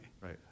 Right